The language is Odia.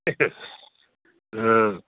ହଁ